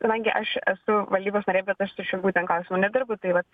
kadangi aš esu valdybos narė bet aš ties šiuo būtent klausimu nedirbu tai vat